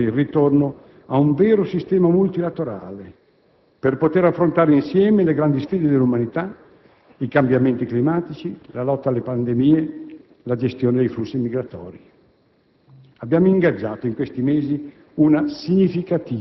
Con i nostri *partner* mondiali ci stiamo impegnando per favorire il ritorno a un vero sistema multilaterale per poter affrontare insieme le grandi sfide dell'umanità: i cambiamenti climatici, la lotta alle pandemie, la gestione dei flussi migratori.